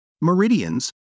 meridians